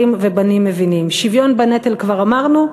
ובנים מבינים: שוויון בנטל כבר אמרנו?